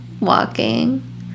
Walking